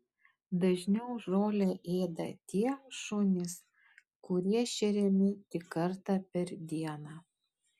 dažniau žolę ėda tie šunys kurie šeriami tik kartą per dieną